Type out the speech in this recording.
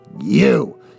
You